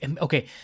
Okay